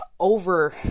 over